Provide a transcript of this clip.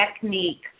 technique